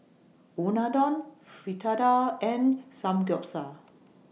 Unadon Fritada and Samgyeopsal